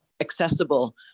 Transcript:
accessible